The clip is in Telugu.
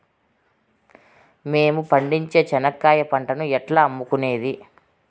మేము పండించే చెనక్కాయ పంటను ఎట్లా అమ్ముకునేది?